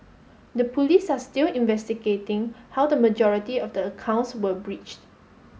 the Police are still investigating how the majority of the accounts were breached